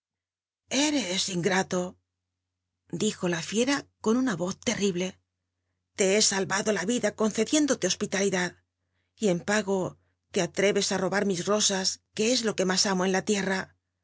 eres un ingrato dijo la fiera con una yoz terrible le he sahado la vida concediéndote hospitalidad y en pago le ahe es á robar mis ro as que es lo que más amo en la tierra